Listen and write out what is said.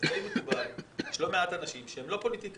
באנשים פרטיים, שלא יהיה תלוי בתרומות.